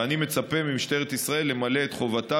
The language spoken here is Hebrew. ואני מצפה ממשטרת ישראל למלא את חובתה